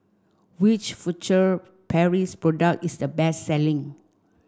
which Furtere Paris product is the best selling